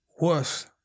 worse